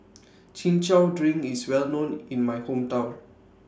Chin Chow Drink IS Well known in My Hometown